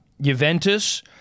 Juventus